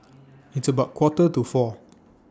its about Quarter to four